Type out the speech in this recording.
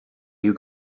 you